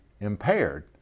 impaired